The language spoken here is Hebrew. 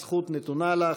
הזכות נתונה לך.